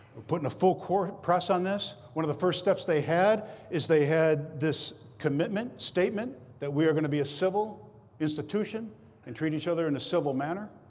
we're putting a full court press on this. one of the first steps they had is they had this commitment commitment statement that we are going to be a civil institution and treat each other in a civil manner.